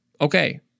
Okay